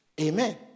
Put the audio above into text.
Amen